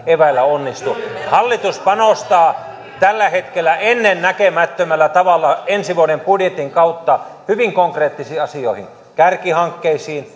eväillä onnistu hallitus panostaa tällä hetkellä ennennäkemättömällä tavalla ensi vuoden budjetin kautta hyvin konkreettisiin asioihin kärkihankkeisiin